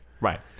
Right